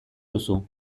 duzu